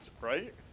right